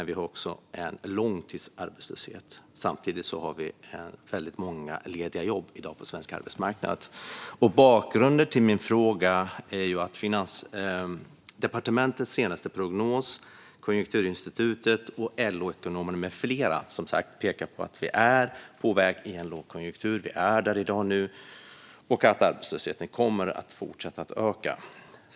Vi har också en hög långtidsarbetslöshet samtidigt som det finns väldigt många lediga jobb på den svenska arbetsmarknaden. Bakgrunden till min fråga är att Finansdepartementets senaste prognos, Konjunkturinstitutet, LO-ekonomerna med flera pekar på att Sverige är på väg in i en lågkonjunktur och att arbetslösheten kommer att fortsätta öka.